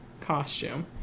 costume